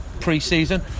pre-season